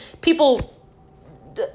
people